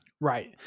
Right